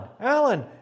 alan